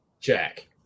Check